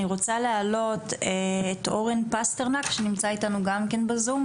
אני רוצה להעלות את אורן פסטרנק שנמצא איתנו גם כן בזום,